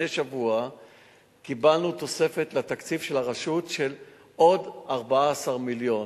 לפני שבוע קיבלנו תוספת לתקציב של הרשות של עוד 14 מיליון,